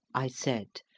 i said,